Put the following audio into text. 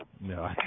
No